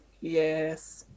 Yes